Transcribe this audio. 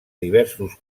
diversos